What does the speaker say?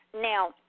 Now